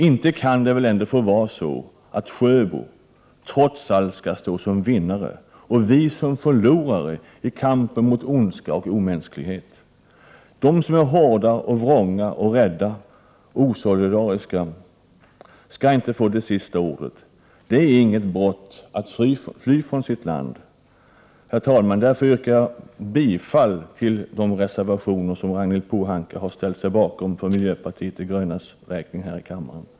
Inte kan det väl ändå få vara så att Sjöbo trots allt skall stå som vinnare och vi som förlorare i kampen mot ondska och omänsklighet? De som är hårda, vrånga, rädda eller osolidariska skall inte få det sista ordet! Det är inget brott att fly från sitt land. Därför, herr talman, yrkar jag bifall till de reservationer som Ragnhild Pohanka har ställt sig bakom för miljöpartiet de grönas räkning här i kammaren.